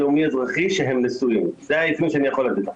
לאומי-אזרחי שהם נשואים זה האפיון שאני יכול לתת לכם.